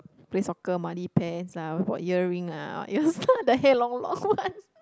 play soccer money pairs lah we wore earring ah what ah the hair long long one